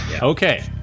Okay